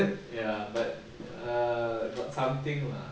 ya but err got something lah